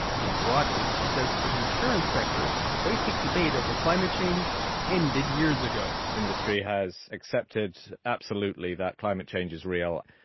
more broadly, he says for the insurance sector, the basic debate over climate change ended years ago industry has accepted absolutely that climate change is real.